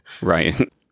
Right